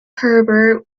herbert